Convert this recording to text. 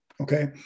Okay